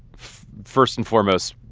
first and foremost,